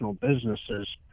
businesses